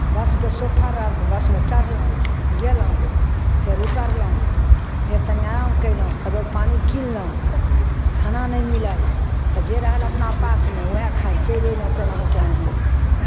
बसके सफर रहल तऽ बसमे चढ़लहुँ गयलहुँ फेर उतरलहुँ फेर तनी आराम कयलहुँ कतहु पानि किनलहुँ खाना नहि मिलल तऽ जे रहल अपना पासमे उएह खाइत चलि अयलहुँ केनाहु केनाहु